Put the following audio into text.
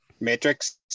Matrix